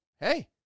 Hey